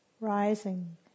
rising